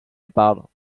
about